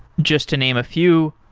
just to name a few,